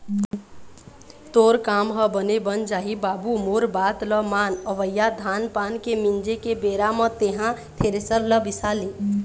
तोर काम ह बने बन जाही बाबू मोर बात ल मान अवइया धान पान के मिंजे के बेरा म तेंहा थेरेसर ल बिसा ले